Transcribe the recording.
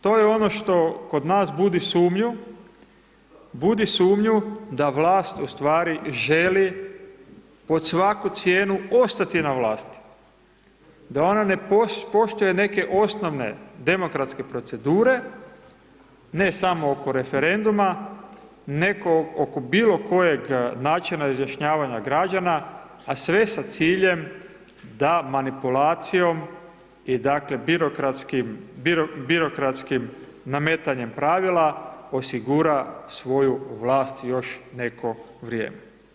To je ono što kod nas budi sumnju, budi sumnju da vlast u stvari želi pod svaku cijenu ostati na vlasti, da ona ne poštuje neke osnovne demokratske procedure, ne samo oko referenduma nego oko bilo kojeg načina izjašnjavanja građana, a sve sa ciljem da manipulacijom i dakle, birokratskim nametanjem pravila, osigura svoju vlast još neko vrijeme.